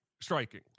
striking